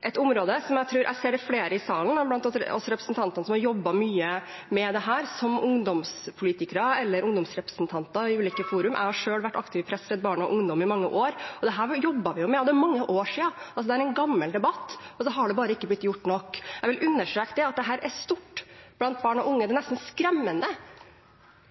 et område som jeg vet flere representanter i salen har jobbet mye med, også som ungdomspolitikere eller ungdomsrepresentanter i ulike forum. Jeg har selv vært aktiv i Press – Redd Barna Ungdom i mange år, og dette jobbet vi med. Det er mange år siden, det er en gammel debatt, og så har det bare ikke blitt gjort nok. Jeg vil understreke at dette er stort blant barn og unge. Det er nesten skremmende